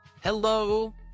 Hello